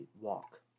walk